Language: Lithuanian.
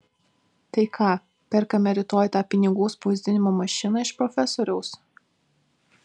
tai ką perkame rytoj tą pinigų spausdinimo mašiną iš profesoriaus